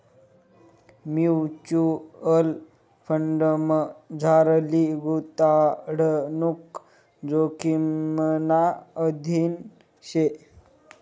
mutual फंडमझारली गुताडणूक जोखिमना अधीन शे